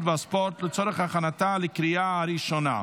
והספורט לצורך הכנתה לקריאה ראשונה.